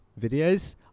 videos